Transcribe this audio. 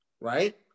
right